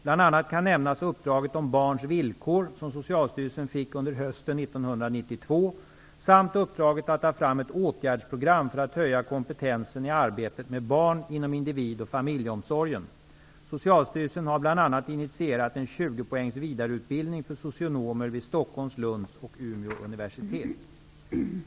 Bl.a. kan nämnas uppdraget om barns villkor, som Socialstyrelsen fick under hösten 1992, samt uppdraget att ta fram ett åtgärdsprogram för att höja kompetensen i arbetet med barn inom individoch familjeomsorgen. Socialstyrelsen har bl.a. initierat en 20-poängs vidareutbildning för socionomer vid Stockholms, Lunds och Umeå universitet.